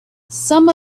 some